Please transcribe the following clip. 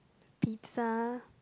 pizza